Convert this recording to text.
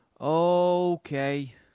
Okay